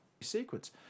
sequence